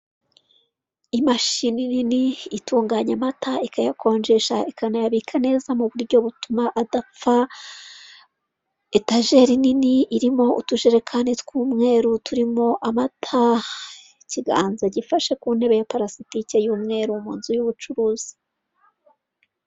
N'icyapa cyo ku muhanda hejuru hari ikiriho umurongo hejuru hari ikintu kibyimbye hameze nk'umusozi, munsi yacyo har' ikiriho abana, n'umukobwa, n'umuhungu ndetse na metero ijana hari igare rihaparitse imbere yaho hari amatara y'amamodoka, biragaragara yuko ari nijoro.